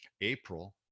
April